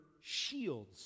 shields